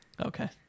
Okay